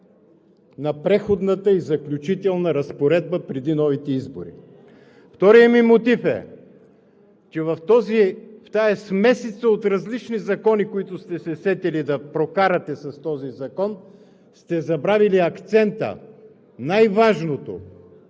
на Преходната и заключителната разпоредба преди новите избори. Вторият ми мотив е, че в тази смесица от различни закони, които сте се сетили да прокарате с този закон, сте забравили акцента, най-важното